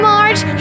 Marge